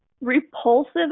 Repulsive